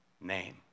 name